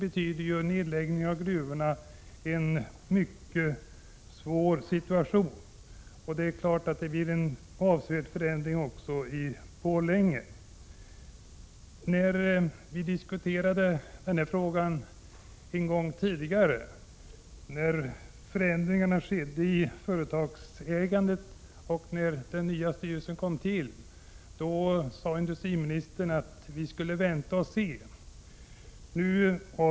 En nedläggning av gruvorna medför en mycket svår situation för Grängesberg, liksom en avsevärd förändring i Borlänge. Vi diskuterade den här frågan en gång tidigare när förändringar skedde i företagets ägande och när den nya styrelsen tillkom. Då tyckte industriministern att vi skulle vänta och se.